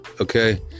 okay